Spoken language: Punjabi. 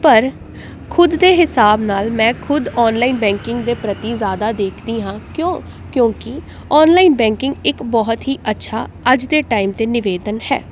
ਪਰ ਖੁਦ ਦੇ ਹਿਸਾਬ ਨਾਲ ਮੈਂ ਖੁਦ ਆਨਲਾਈਨ ਬੈਂਕਿੰਗ ਦੇ ਪ੍ਰਤੀ ਜ਼ਿਆਦਾ ਦੇਖਦੀ ਹਾਂ ਕਿਉਂ ਕਿਉਂਕਿ ਆਨਲਾਈਨ ਬੈਂਕਿੰਗ ਇੱਕ ਬਹੁਤ ਹੀ ਅੱਛਾ ਅੱਜ ਦੇ ਟਾਈਮ 'ਤੇ ਨਿਵੇਦਨ ਹੈ